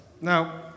Now